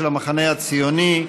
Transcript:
של המחנה הציוני.